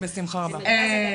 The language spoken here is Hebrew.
בשמחה רבה.